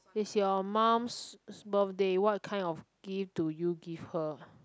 is your mum's birthday what kind of gift do you give her